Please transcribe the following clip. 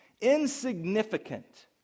insignificant